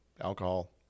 alcohol